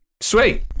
Sweet